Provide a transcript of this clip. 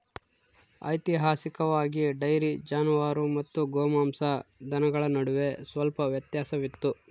ಐತಿಹಾಸಿಕವಾಗಿ, ಡೈರಿ ಜಾನುವಾರು ಮತ್ತು ಗೋಮಾಂಸ ದನಗಳ ನಡುವೆ ಸ್ವಲ್ಪ ವ್ಯತ್ಯಾಸವಿತ್ತು